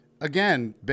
again